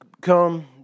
come